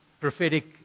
prophetic